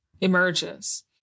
emerges